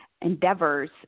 endeavors